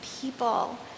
people